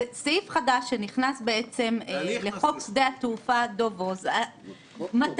זה סעיף חדש שנכנס לחוק שדה התעופה שדה דב מתי?